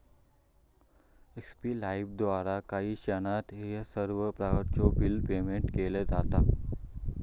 एक्स्पे लाइफद्वारा काही क्षणात ह्या सर्व प्रकारचो बिल पेयमेन्ट केला जाता